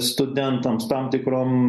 studentams tam tikrom